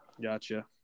gotcha